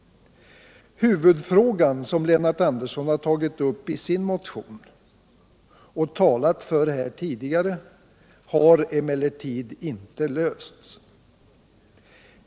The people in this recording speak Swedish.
Huvudfrågan, som Lennart Andersson har tagit upp i sin motion och talat om tidigare under debatten, har emellertid inte lösts.